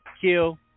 Kill